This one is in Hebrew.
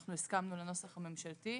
אנחנו הסכמנו לנוסח הממשלתי.